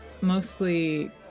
mostly